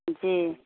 जी